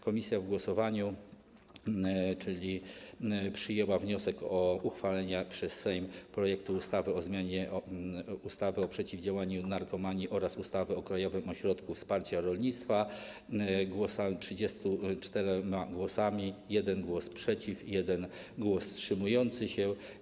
Komisja w głosowaniu przyjęła wniosek o uchwalenie przez Sejm projektu ustawy o zmianie ustawy o przeciwdziałaniu narkomanii oraz ustawy o Krajowym Ośrodku Wsparcia Rolnictwa 34 głosami, przy jednym głosie przeciw i jednym głosie wstrzymującym się.